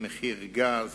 מחיר הגז,